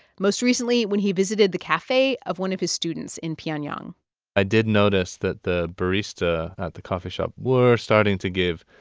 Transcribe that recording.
most recently when he visited the cafe of one of his students in pyongyang i did notice that the barista at the coffee shop were starting to give,